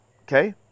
okay